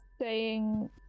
saying-